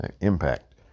impact